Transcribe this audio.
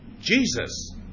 Jesus